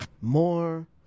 more